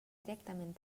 directament